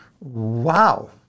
Wow